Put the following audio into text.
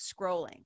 scrolling